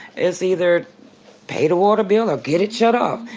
it's either pay the water bill or get it shut off.